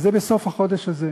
וזה בסוף החודש הזה,